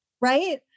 Right